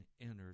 entered